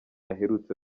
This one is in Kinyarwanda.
aherutse